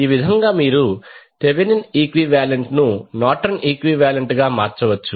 ఈ విధంగా మీరు థెవెనిన్ యొక్క ఈక్వివాలెంట్ ను నార్టన్ ఈక్వివాలెంట్ గా మార్చవచ్చు